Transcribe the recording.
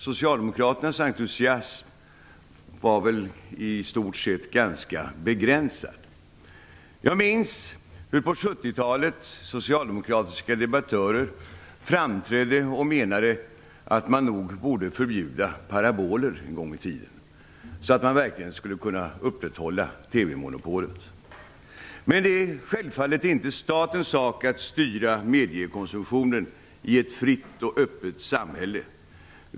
Socialdemokraternas entusiasm var väl i stort sett ganska begränsad. Jag minns hur en gång i tiden på 70-talet socialdemokratiska debattörer framträdde och menade att man nog borde förbjuda paraboler så att man verkligen skulle kunna upprätthålla TV-monopolet. Men det är självfallet inte statens sak att styra mediekonsumtionen i ett fritt och öppet samhälle.